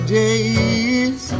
days